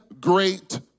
great